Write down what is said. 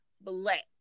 black